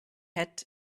had